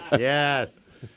Yes